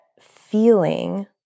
feeling